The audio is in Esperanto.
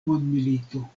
mondmilito